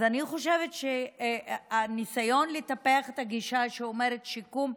אז אני חושבת שהניסיון לטפח את הגישה שדורשת שיקום,